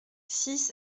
six